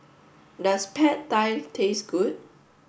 does Pad Thai taste good